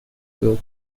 fuel